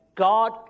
God